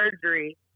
surgery